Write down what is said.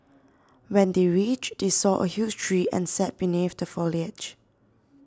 when they reached they saw a huge tree and sat beneath the foliage